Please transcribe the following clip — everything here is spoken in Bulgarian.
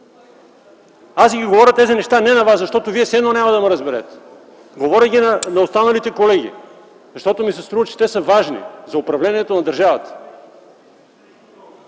дупки?! Говоря това не на Вас, защото Вие, все едно, няма да ме разберете. Говоря на останалите колеги, защото ми се струва, че те са важни за управлението на държавата.